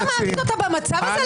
אתה מעמיד אותה במצב הזה,